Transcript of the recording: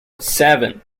seven